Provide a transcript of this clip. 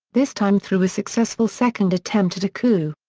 this time through a successful second attempt at a coup.